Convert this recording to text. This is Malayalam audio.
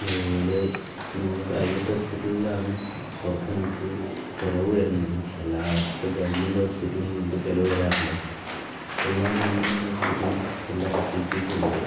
അതേപോലെ നമുക്ക് പ്രൈവറ്റ് ഹോസ്പിറ്റലിലാണ് കുറച്ച് നമുക്ക് ചിലവ് വരുന്നത് അല്ലാത്ത ഗവൺമെൻറ് ഹോസ്പിറ്റലിൽ ഒന്നും ചിലവ് വരാറില്ല എല്ലാ ഗവൺമെൻറ് ഹോസ്പിറ്റലും എല്ലാ ഫെസിലിറ്റീസും ഉണ്ട്